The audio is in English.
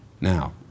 Now